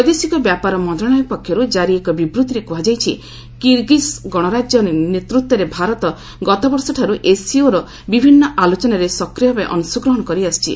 ବୈଦେଶିକ ବ୍ୟାପାର ମନ୍ତ୍ରଣାଳୟ ପକ୍ଷରୁ ଜାରି ଏକ ବିବୃତ୍ତିରେ କୁହାଯାଇଛି କିର୍ଗିକ୍ ଗଣରାଜ୍ୟ ନେତୃତ୍ୱରେ ଭାରତ ଗତବର୍ଷଠାର୍ ଏସ୍ସିଓର ବିଭିନ୍ନ ଆଲୋଚନାରେ ସକ୍ରିୟ ଭାବେ ଅଂଶଗ୍ରହଣ କରି ଆସିଛି